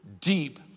deep